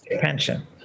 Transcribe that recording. Pension